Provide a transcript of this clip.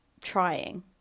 trying